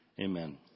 Amen